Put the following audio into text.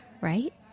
right